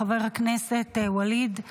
חבר הכנסת ואליד אלהואשלה,